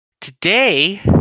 today